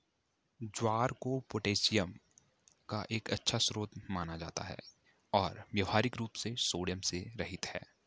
ज्वार को पोटेशियम का एक अच्छा स्रोत माना जाता है और व्यावहारिक रूप से सोडियम से रहित है